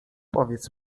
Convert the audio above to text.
powiedz